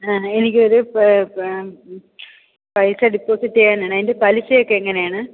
എനിക്കൊരു പൈസ ഡെപ്പോസിറ്റ് ചെയ്യാനാണ് അതിന്റെ പലിശയൊക്കെ എങ്ങനെയാണ്